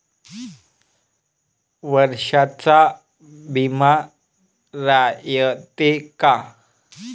वर्षाचा बिमा रायते का?